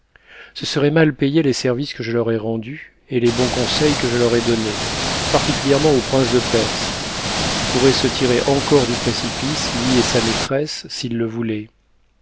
ce serait mal payer les services que je leur ai rendus et les bons conseils que je leur ai donnés particulièrement au prince de perse qui pourrait se tirer encore du précipice lui et sa maîtresse s'il le voulait